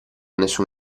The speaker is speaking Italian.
nessun